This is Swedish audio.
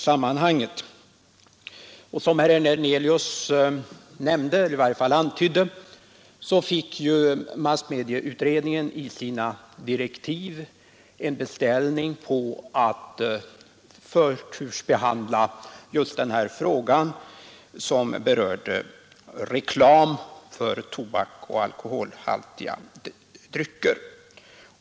Som herr Hernelius nämnde — eller i varje fall antydde — fick ju massmedieutredningen i sina direktiv en beställning på att förtursbehandla just denna fråga som berörde reklam för tobak och alkoholhaltiga drycker.